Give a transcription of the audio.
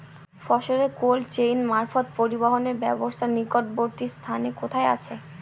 ফসলের cold chain মারফত পরিবহনের ব্যাবস্থা নিকটবর্তী স্থানে কোথায় আছে?